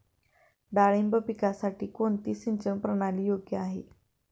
डाळिंब पिकासाठी कोणती सिंचन प्रणाली योग्य आहे?